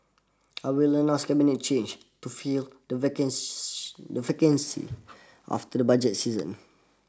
I will announce Cabinet changes to fill the vacant the vacancies after the budget season